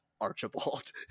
Archibald